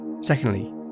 Secondly